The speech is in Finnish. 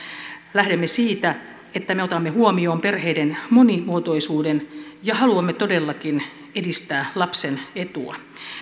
lähdemme siitä että me otamme huomioon perheiden monimuotoisuuden ja haluamme todellakin edistää lapsen etua